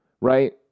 right